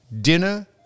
dinner